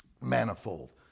manifold